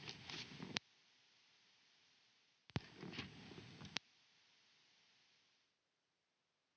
Kiitos.